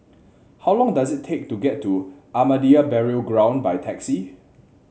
how long does it take to get to Ahmadiyya Burial Ground by taxi